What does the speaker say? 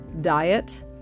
diet